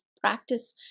practice